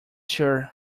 sure